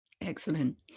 Excellent